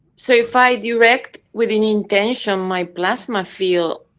so if i direct with an intention my plasma field,